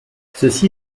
ceci